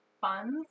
funds